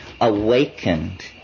awakened